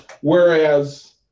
Whereas